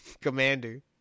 Commander